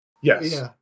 Yes